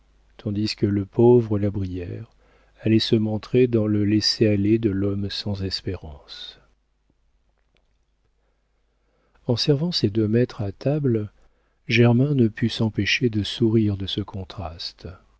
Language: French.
tandis que le pauvre la brière allait se montrer dans le laisser-aller de l'homme sans espérance en servant ses deux maîtres à table germain ne put s'empêcher de sourire de ce contraste